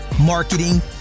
marketing